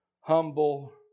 humble